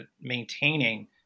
maintaining